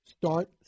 Start